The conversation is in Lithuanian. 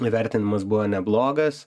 nu įvertinamas buvo neblogas